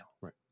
Right